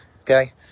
okay